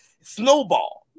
snowball